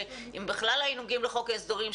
אם בכלל היינו מגיעים לחוק ההסדרים,